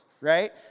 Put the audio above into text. right